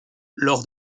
lors